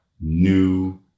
new